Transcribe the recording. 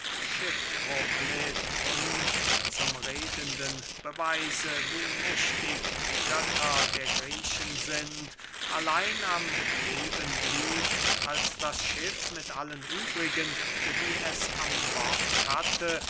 schiffbruch litt und zum redenden beweise wie mächtig die götter der griechen sind allein am leben blieb als das schiff mit allen übrigen die es an bord hatte